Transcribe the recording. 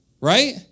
right